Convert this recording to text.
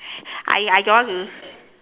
I I don't want to